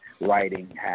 writing